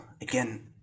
again